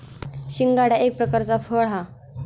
शिंगाडा एक प्रकारचा फळ हा